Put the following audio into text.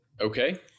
Okay